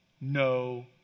No